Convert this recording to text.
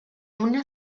una